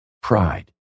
Pride